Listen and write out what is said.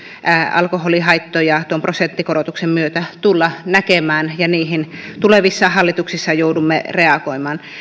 alkoholihaittoja tuon prosenttikorotuksen myötä tulla näkemään ja niihin tulevissa hallituksissa joudumme reagoimaan